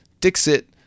Dixit